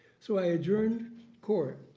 so i adjourned court.